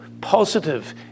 positive